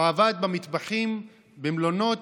הוא עבד במטבחים, במלונות,